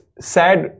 sad